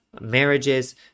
Marriages